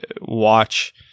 watch